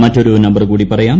മറ്റൊരു നമ്പർ കൂടി പറയാം